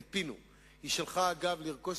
היא שלחה, אגב, לרכוש,